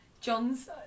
John's